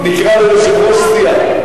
נקרא לזה יושב-ראש סיעה.